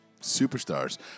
superstars